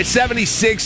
76